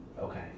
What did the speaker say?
Okay